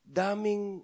daming